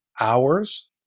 hours